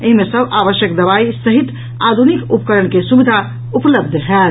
एहि मे सभ आवश्यक दवाई सहित आधुनिक उपकरण के सुविधा उपलब्ध होयत